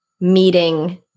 meeting